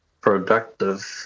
productive